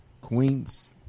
Queens